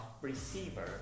receiver